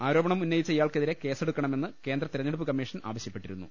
ആരോപണം ഉന്നയിച്ച ഇയാൾക്കെതിരെ കേസെടുക്കണമെന്ന് കേന്ദ്ര തെരഞ്ഞെടുപ്പ് കമ്മീഷൻ ആവശ്യ പ്പെട്ടിരുന്നു